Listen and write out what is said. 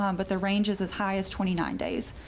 um but the range is as high as twenty nine days.